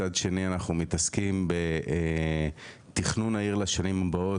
וגם מצד שני אנחנו מתעסקים בתכנון העיר לשנים הבאות,